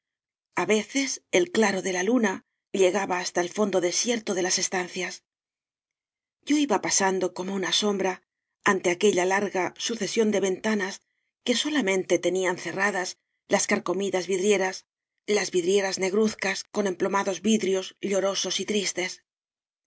tenebrosos a veces el claro de la luna llegaba hasta el fondo desierto de las estan cias yo iba pasando como una sombra ante aquella larga sucesión de ventanas que solamente tenían cerradas las carcomidas vidrie ras las vidrieras negruzcas con emploma dos vidrios llorosos y tristes